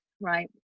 right